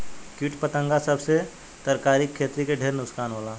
किट पतंगा सब से तरकारी के खेती के ढेर नुकसान होला